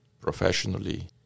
professionally